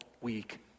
week